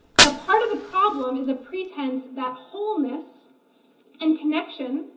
now, part of the problem is a pretense that wholeness and connection,